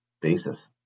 basis